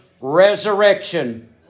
resurrection